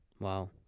Wow